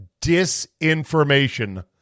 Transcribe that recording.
disinformation